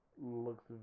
Looks